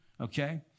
okay